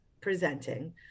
presenting